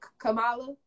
Kamala